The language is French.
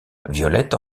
violette